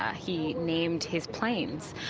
ah he named his planes.